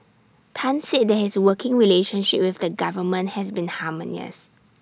Tan said that his working relationship with the government has been harmonious